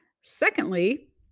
Secondly